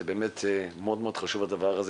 זה באמת מאוד מאוד חשוב הדבר הזה,